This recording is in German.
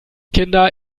kinder